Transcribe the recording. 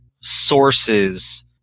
sources